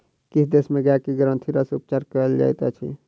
किछ देश में गाय के ग्रंथिरसक उपचार कयल जाइत अछि